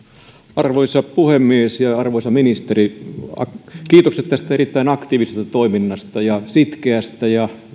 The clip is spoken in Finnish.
arvoisa puhemies arvoisa ministeri kiitokset tästä erittäin aktiivisesta toiminnasta ja sitkeästä